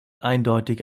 eindeutig